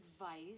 advice